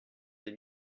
des